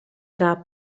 tra